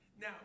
Now